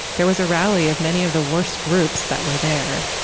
there was a rally of many of the worst groups that were there.